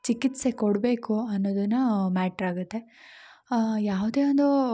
ಚಿಕಿತ್ಸೆ ಕೊಡಬೇಕು ಅನ್ನೋದನ್ನ ಮ್ಯಾಟ್ರಾಗುತ್ತೆ ಯಾವುದೇ ಒಂದು